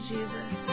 Jesus